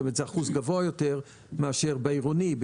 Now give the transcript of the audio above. זה אחוז גבוה יותר מאשר במרחב העירוני.